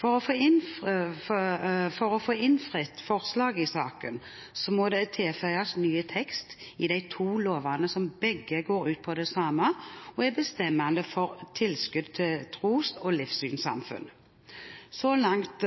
For å få innfridd forslaget i saken må det tilføyes ny tekst i de to lovene som begge går ut på det samme, og er bestemmende for tilskudd til andre tros- og livssynssamfunn. Så langt